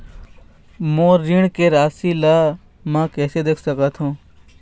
मोर ऋण के राशि ला म कैसे देख सकत हव?